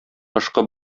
кышкы